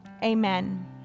Amen